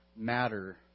matter